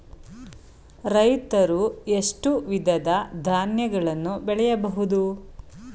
ರೈತರು ಎಷ್ಟು ವಿಧದ ಧಾನ್ಯಗಳನ್ನು ಬೆಳೆಯಬಹುದು?